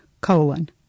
Colon